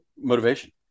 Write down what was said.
motivation